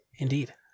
Indeed